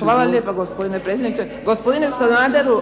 Hvala lijepa, gospodine predsjedniče. Gospodine Sanaderu,